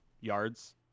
yards